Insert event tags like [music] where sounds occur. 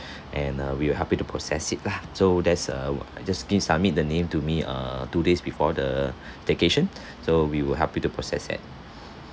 and uh we will happy to process it lah so that's uh you just give submit the name to me uh two days before the [breath] staycation so we will help you to process that